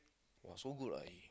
!wah! so good ah he